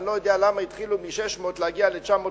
אני לא יודע למה התחילו מ-600 כדי להגיע ל-947,